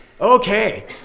Okay